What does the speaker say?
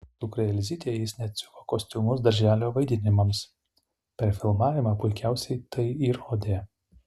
dukrai elzytei jis net siuva kostiumus darželio vaidinimams per filmavimą puikiausiai tai įrodė